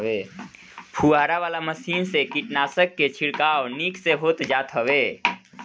फुहारा वाला मशीन से कीटनाशक के छिड़काव निक से हो जात हवे